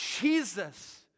Jesus